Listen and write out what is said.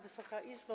Wysoka Izbo!